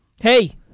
Hey